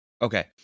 Okay